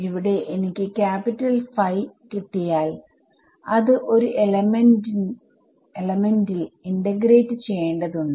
ഇവിടെ എനിക്ക് capital phi കിട്ടിയാൽഅത് ഒരു എലമെന്റിൽ elementഇന്റഗ്രേറ്റ് ചെയ്യേണ്ടതുണ്ട്